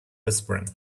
whispering